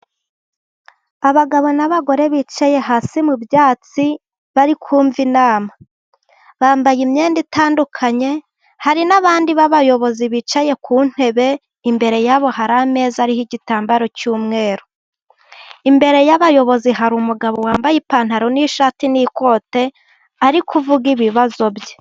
Abagabo n'abagore bicaye hasi mu byatsi bari kumva inama, bambaye imyenda itandukanye hari n'abandi b'abayobozi bicaye ku ntebe, imbere yabo hari ameza ariho igitambaro cy'umweru, imbere y'abayobozi hari umugabo wambaye ipantaro n'ishati n'ikote ari kuvuga ibibazo bye.